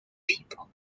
people